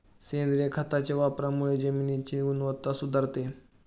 सेंद्रिय खताच्या वापरामुळे जमिनीची गुणवत्ता सुधारते